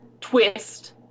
twist